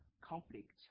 conflict